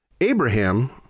Abraham